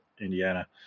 Indiana